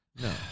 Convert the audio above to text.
No